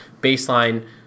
baseline